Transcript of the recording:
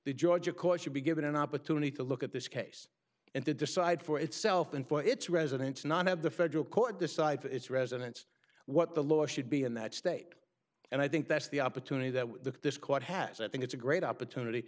the georgia court should be given an opportunity to look at this case and to decide for itself and for its residents not have the federal court decide for its residents what the law should be in that state and i think that's the opportunity that the this court has i think it's a great opportunity